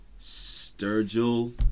Sturgill